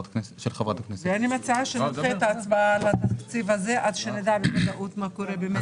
אני מציעה שנדחה את ההצבעה על התקציב הזה עד שנדע בוודאות מה קורה באמת.